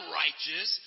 righteous